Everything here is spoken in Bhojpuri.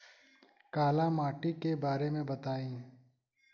काला माटी के बारे में बताई?